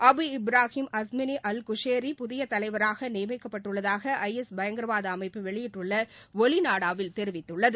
Abu Ibrahim அஸ்மினி al Qurashi புதிய தலைவராக நியமிக்கப்பட்டுள்ளதாக ஐ எஸ் பயங்கரவாத அமைப்பு வெளியிட்டுள்ள ஒலிநாடாவில் தெரிவித்துள்ளது